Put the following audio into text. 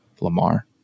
Lamar